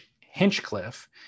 Hinchcliffe